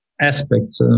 aspects